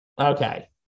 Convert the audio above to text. Okay